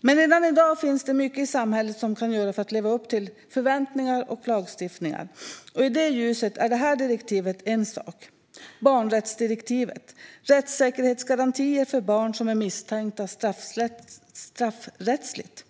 Redan i dag finns det mycket samhället kan göra för att leva upp till förväntningar och lagstiftningar, och i det ljuset är detta direktiv en sak - barnrättsdirektivet, rättssäkerhetsgarantier för barn som är misstänkta straffrättsligt.